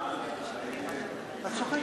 השאלה שלי,